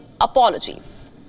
apologies